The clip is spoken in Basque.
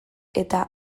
eta